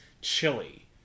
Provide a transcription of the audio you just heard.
Chili